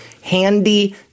handy